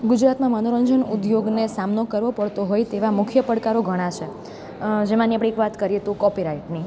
ગુજરાતમાં મનોરંજન ઉદ્યોગને સામનો કરવો પડતો હોય તેવા મુખ્ય પડકારો ઘણા છે જેમાંની આપણે એક વાત કરીએ તો કોપીરાઇટની